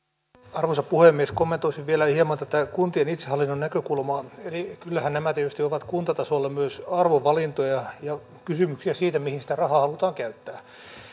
arvoisa puhemies kommentoisin vielä hieman tätä kuntien itsehallinnon näkökulmaa eli kyllähän nämä tietysti ovat kuntatasolla myös arvovalintoja ja kysymyksiä siitä mihin sitä rahaa halutaan käyttää